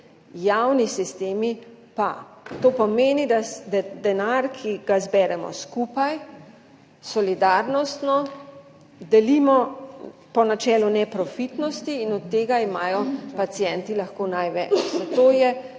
javni sistemi pa. To pomeni, da denar, ki ga zberemo skupaj, solidarnostno delimo po načelu neprofitnosti. In od tega imajo pacienti lahko največ. Zato je